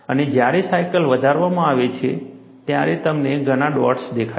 અને જ્યારે સાયકલ વધારવામાં આવે છે ત્યારે તમને ઘણા ડોટ્સ દેખાય છે